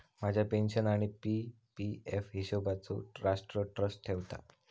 माझ्या पेन्शन आणि P P F हिशोबचो राष्ट्र ट्रस्ट ठेवता